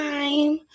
Time